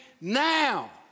now